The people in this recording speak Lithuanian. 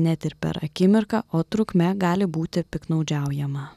net ir per akimirką o trukme gali būti piktnaudžiaujama